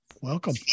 Welcome